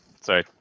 sorry